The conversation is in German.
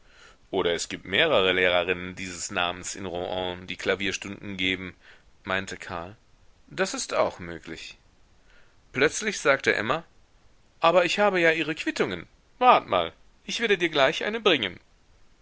oder es gibt mehrere lehrerinnen dieses namens in rouen die klavierstunden geben meinte karl das ist auch möglich plötzlich sagte emma aber ich habe ja ihre quittungen wart mal ich werde dir gleich eine bringen